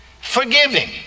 forgiving